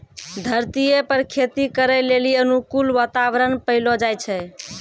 धरतीये पर खेती करै लेली अनुकूल वातावरण पैलो जाय छै